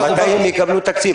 מתי הם יקבלו תקציב?